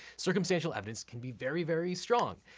circumstantial evidence can be very, very strong.